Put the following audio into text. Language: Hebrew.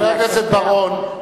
חבר הכנסת בר-און,